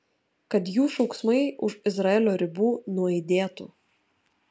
kad jų šauksmai už izraelio ribų nuaidėtų